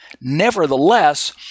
nevertheless